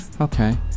Okay